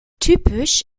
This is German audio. typisch